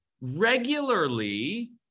regularly